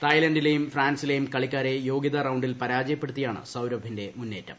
തായ്ലൻഡിലെയും ഫ്രാൻസിലെയും കളിക്കാരെ യോഗൃതാ റൌണ്ടിൽ പരാജയപ്പെടുത്തിയാണ് സൌരഭിന്റെ മുന്നേറ്റം